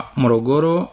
morogoro